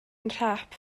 nhrap